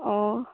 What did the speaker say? অঁ